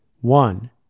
one